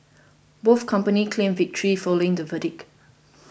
both companies claimed victory following the verdict